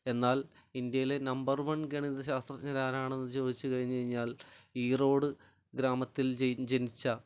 എന്നാൽ ഇന്ത്യയിലെ number one ഗണിത ശാസ്ത്രജ്ഞരാരാണെന്ന് ചോദിച്ചു കഴിഞ്ഞഴിഞ്ഞാൽ ഈറോഡ് ഗ്രാമത്തിൽ ജെയിന് ജനിച്ച